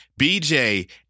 BJ